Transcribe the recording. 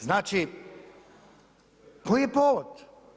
Znači, koji je povod?